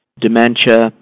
dementia